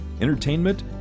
entertainment